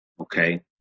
okay